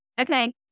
Okay